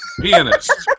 Pianist